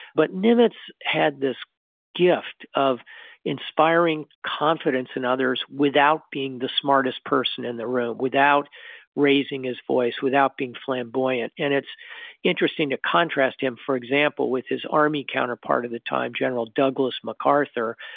but nimitz had this gift of inspiring confidence in others without being the smartest person in the room, without raising his voice, without being flamboyant. and it's interesting to contrast him, for example, with his army counterpart at the time, general douglas macarthur,